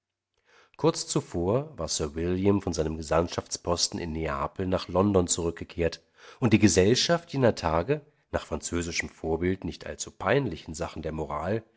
kurz zuvor war sir william von seinem gesandtschaftsposten in neapel nach london zurückgekehrt und die gesellschaft jener tage nach französischem vorbild nicht allzu peinlich in sachen der moral